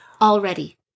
already